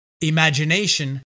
imagination